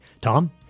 Tom